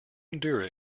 endure